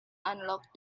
unlocked